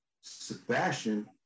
Sebastian